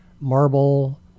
marble